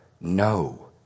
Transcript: No